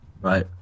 Right